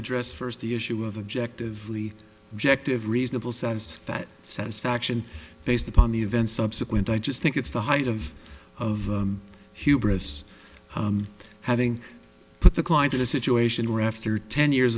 address first the issue of objective objective reasonable sized fat satisfaction based upon the events subsequent i just think it's the height of of hubris having put the client in a situation where after ten years